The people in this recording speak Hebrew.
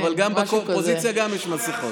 אבל גם באופוזיציה יש מסכות.